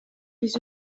биз